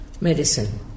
medicine